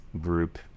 group